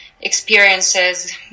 experiences